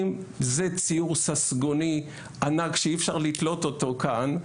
זה ציור ססגוני ענק שאי אפשר לתלות אותו כאן,